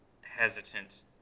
hesitant